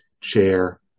Chair